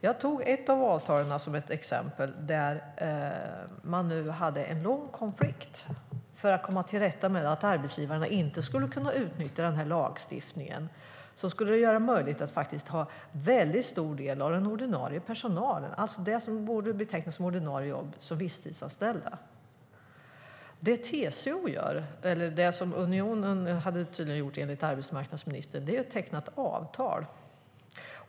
Jag tog ett avtal som exempel där man hade en lång konflikt för att komma till rätta med att arbetsgivarna skulle kunna utnyttja lagstiftningen och ha en stor del av den ordinarie personalen som visstidsanställda. Det som Unionen har gjort är att teckna ett avtal.